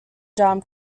dame